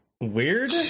weird